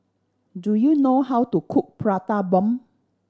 do you know how to cook Prata Bomb